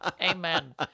Amen